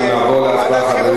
נעבור להצבעה,